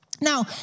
Now